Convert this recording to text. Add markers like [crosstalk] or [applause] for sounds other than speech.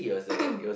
[coughs]